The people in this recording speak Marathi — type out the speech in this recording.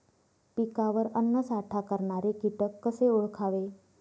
पिकावर अन्नसाठा करणारे किटक कसे ओळखावे?